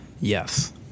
Yes